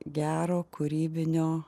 gero kūrybinio